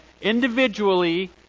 individually